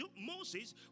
Moses